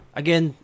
again